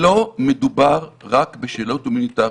לא מדובר רק בשאלות הומניטריות.